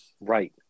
Right